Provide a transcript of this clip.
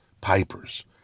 pipers